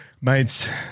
mates